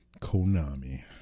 Konami